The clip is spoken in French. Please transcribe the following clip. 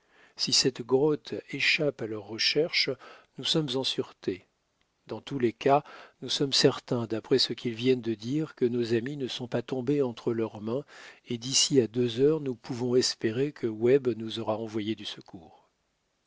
si cette grotte échappe à leurs recherches nous sommes en sûreté dans tous les cas nous sommes certains d'après ce qu'ils viennent de dire que nos amis ne sont pas tombés entre leurs mains et d'ici à deux heures nous pouvons espérer que webb nous aura envoyé du secours